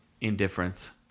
indifference